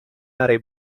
aree